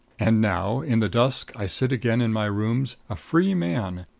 and now, in the dusk, i sit again in my rooms, a free man,